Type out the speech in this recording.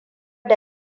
da